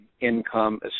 income